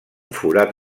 forat